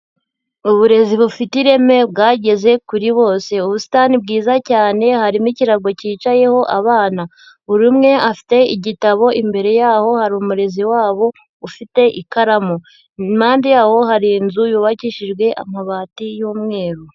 Uburezi bufite ireme bwageze kuri bose, ubusitani bwiza cyane harimo ikirago cyicayeho abana, buri umwe afite igitabo imbere yaho hari umurezi wabo ufite ikaramu, impande yaho hari inzu yubakishijwe amabati y'umweru.